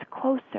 closer